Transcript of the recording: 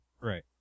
Right